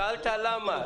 שאלת למה.